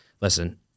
Listen